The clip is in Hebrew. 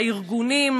לארגונים,